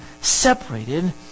separated